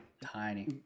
Tiny